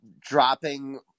dropping